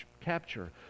capture